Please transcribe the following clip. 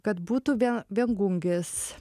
kad būtų vien viengungis